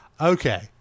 okay